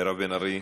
מירב בן ארי,